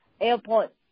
Airport